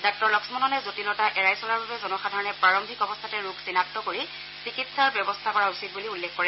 ডাঃ লক্ষণনে জটিলতা এৰাই চলাৰ বাবে জনসাধাৰণে প্ৰাৰম্ভিক অৱস্থাতে চিনাক্ত কৰি চিকিৎসা লাভৰ ব্যৱস্থা কৰা উচিত বুলি উল্লেখ কৰে